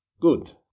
Good